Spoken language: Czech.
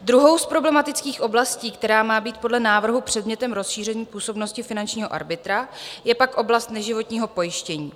Druhou z problematických oblastí, která má být podle návrhu předmětem rozšíření působnosti finančního arbitra, je pak oblast neživotního pojištění.